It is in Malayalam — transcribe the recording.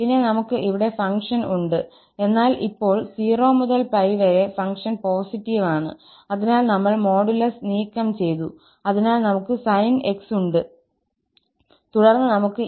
പിന്നെ നമുക്ക് ഇവിടെ ഫംഗ്ഷൻ ഉണ്ട് എന്നാൽ ഇപ്പോൾ 0 മുതൽ 𝜋 വരെ ഫംഗ്ഷൻ പോസിറ്റീവ് ആണ് അതിനാൽ നമ്മൾ മോഡുലസ് നീക്കം ചെയ്തു അതിനാൽ നമുക്ക് sin𝑥 ഉണ്ട് തുടർന്ന് നമുക്ക് ഈ cos𝑛𝑥𝑑𝑥 ഉണ്ട്